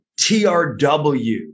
TRW